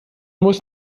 muss